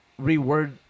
reword